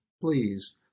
Please